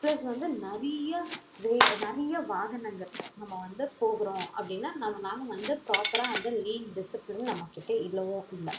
plus வந்து நறைய வே நறையா வாகனங்கள் நம்ம வந்து போகிறோம் அப்படினா நம்மளால் வந்து ப்ராப்பராக அந்த லேன் டிசிப்லின் நம்மகிட்ட இல்லவும் இல்லை